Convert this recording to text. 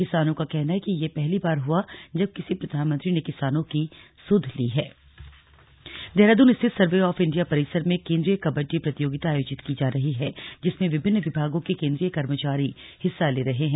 किसानों का कहना है कि यह पहली बार हुआ जब किसी प्रधानमंत्री ने किसानों की सुध ली ळें फिट इंडिया देहरादून स्थित सर्वे ऑफ इंडिया परिसर में केंद्रीय कबड्डी प्रतियोगिता आयोजित की जा रही है जिसमें विभिन्न विभागों के केंद्रीय कर्मचारी हिस्सा ले रहे हैं